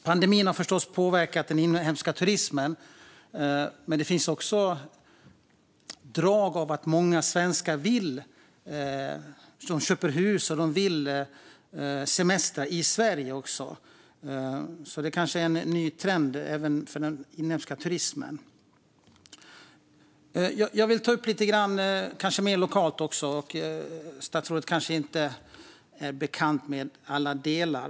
Pandemin har förstås påverkat den inhemska turismen, men det finns också drag av att många svenskar köper hus och vill semestra i Sverige. Det kanske är en ny trend även för den inhemska turismen. Jag vill även ta upp något mer lokalt; statsrådet kanske inte är bekant med alla delar.